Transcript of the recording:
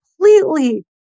completely